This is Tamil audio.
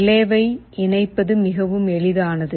ரிலேவை இணைப்பது மிகவும் எளிதானது